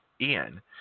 Ian